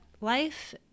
life